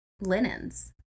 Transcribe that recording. linens